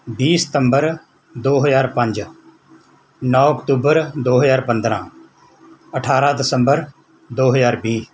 ਵੀਹ ਸਤੰਬਰ ਦੋ ਹਜ਼ਾਰ ਪੰਜ ਨੌਂ ਅਕਤੂਬਰ ਦੋ ਹਜ਼ਾਰ ਪੰਦਰਾਂ ਅਠਾਰਾਂ ਦਸੰਬਰ ਦੋ ਹਜ਼ਾਰ ਵੀਹ